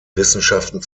wissenschaften